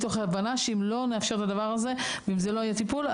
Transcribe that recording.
מתוך הבנה שאם לא נאפשר את הדבר הזה ואם זה לא יהיה טיפול,